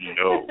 no